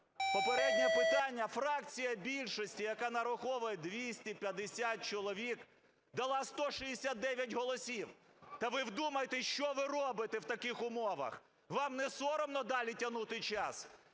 Попереднє питання фракції більшості, яка нараховує 250 чоловік, дала 169 голосів. Ви вдумайтесь, що ви робите в таких умовах? Вам не соромно далі тягнути час?